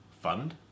Fund